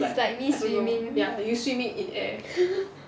just like me swimming